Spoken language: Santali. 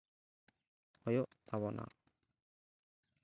ᱦᱩᱭᱩᱜ ᱛᱟᱵᱚᱱᱟ